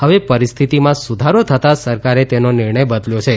હવે પરિસ્થિતિમાં સુધારો થતાં સરકારે તેનો નિર્ણથ બદલ્યો છે